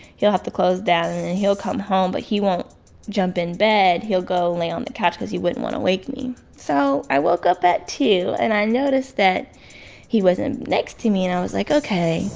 he'll have to close down. and then he'll come home. but he won't jump in bed. he'll go and lay on the couch because he wouldn't want to wake me. so i woke up at two. and i noticed that he wasn't next to me. and i was like, ok,